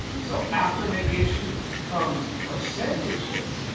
so after negation comes percentages.